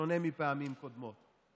בשונה מפעמים קודמות.